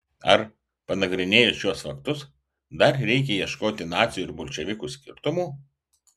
ar panagrinėjus šiuos faktus dar reikia ieškoti nacių ir bolševikų skirtumų